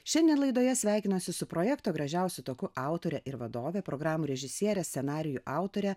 šiandien laidoje sveikinuosi su projekto gražiausiu taku autore ir vadove programų režisiere scenarijų autore